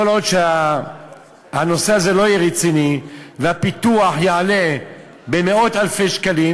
כל עוד הנושא הזה לא יהיה רציני והפיתוח יעלה מאות-אלפי שקלים,